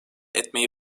etmeyi